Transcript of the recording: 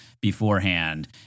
beforehand